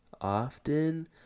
often